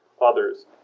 others